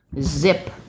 zip